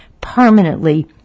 permanently